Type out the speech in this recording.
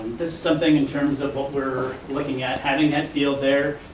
this is something in terms of what we're looking at, having that field there,